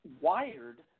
wired